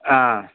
ஆ